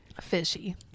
Fishy